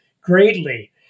greatly